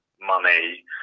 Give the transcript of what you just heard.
money